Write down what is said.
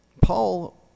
Paul